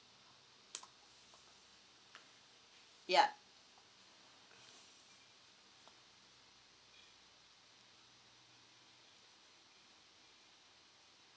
yup